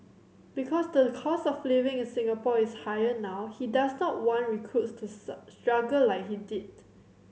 because the cost of living in Singapore is higher now he does not want recruits to struggle like he did